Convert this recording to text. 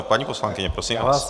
Paní poslankyně, prosím vás.